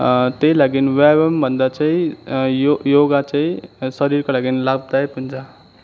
त्यही लागि व्यायाम भन्दा चाहिँ यो योगा चाहिँ शरीरको लागि लाभदायक हुन्छ